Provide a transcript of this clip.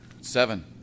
Seven